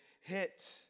hit